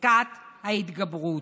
פסקת ההתגברות.